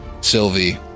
Sylvie